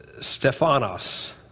Stephanos